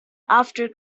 after